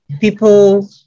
People